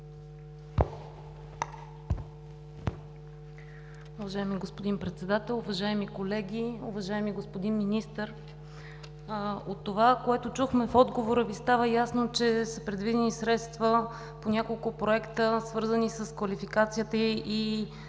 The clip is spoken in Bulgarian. Уважаеми господин Председател, уважаеми колеги! Уважаеми господин Министър, от това, което чухме в отговора Ви, става ясно, че са предвидени средства по няколко проекта, свързани с квалификацията и супервизията